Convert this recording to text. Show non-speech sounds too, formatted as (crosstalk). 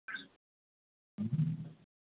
(unintelligible)